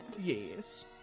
Yes